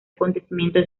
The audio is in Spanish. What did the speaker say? acontecimientos